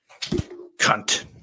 cunt